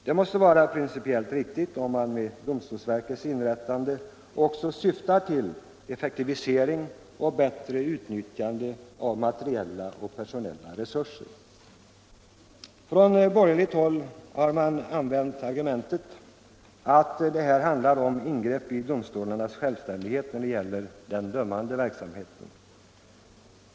Detta måste vara principiellt riktigt om domstolsverkets inrättande också syftar till effektivisering och bättre utnyttjande av materiella och personella resurser. Från borgerligt håll har man använt argumentet att detta handlar om ingrepp i domstolarnas självständighet när det gäller den dömande verksamheten.